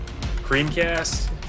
Creamcast